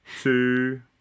two